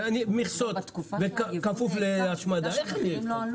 ומה התפקיד שלך?